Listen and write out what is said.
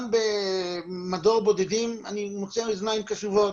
גם במדור בודדים אני מוצא אזנים קשובות,